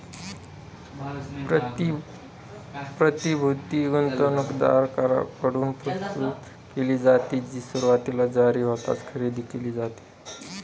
प्रतिभूती गुंतवणूकदारांकडून प्रस्तुत केली जाते, जी सुरुवातीला जारी होताच खरेदी केली जाते